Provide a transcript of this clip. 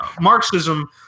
marxism